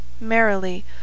merrily